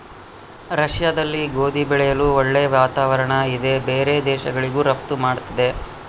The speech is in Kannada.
ರಷ್ಯಾದಲ್ಲಿ ಗೋಧಿ ಬೆಳೆಯಲು ಒಳ್ಳೆ ವಾತಾವರಣ ಇದೆ ಬೇರೆ ದೇಶಗಳಿಗೂ ರಫ್ತು ಮಾಡ್ತದೆ